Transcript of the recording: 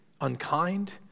unkind